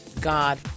God